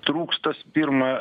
trūksta pirma